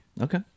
Okay